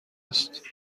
است